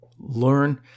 Learn